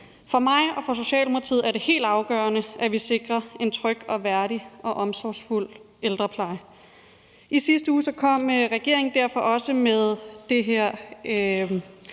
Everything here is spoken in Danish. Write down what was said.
For mig og for Socialdemokratiet er det helt afgørende, at vi sikrer en tryg og værdig og omsorgsfuld ældrepleje. I sidste uge kom regeringen derfor også med det her